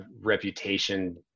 reputation